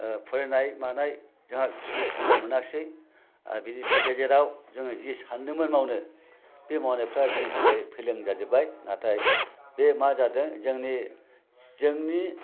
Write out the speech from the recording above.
फरायनाय मानाय जोंहा जेबो सुबिदा मोनाखसै आर बिनि गेजेराव जोङो जि सान्दोंमोन मावनो बे मावनायफ्रा जोंनि थाखाम फेलें जाजोब्बाय नाथाय बे मा जादों जोंनि जोंनि